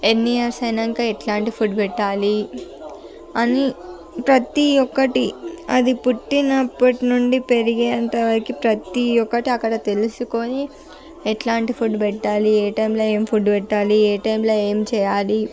ఎన్ని ఇయర్స్ అయినాక ఎట్లాంటి ఫుడ్ పెట్టాలి అని ప్రతి ఒకటి అది పుట్టినప్పటి నుండి పెరిగే అంత వరకు ప్రతి ఒకటి అక్కడ తెలుసుకొని ఎలాంటి ఫుడ్ పెట్టాలి ఏ టైమ్లో ఏమి ఫుడ్ పెట్టాలి ఏ టైమ్లో ఏమి చేయాలి